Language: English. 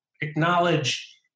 acknowledge